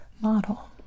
model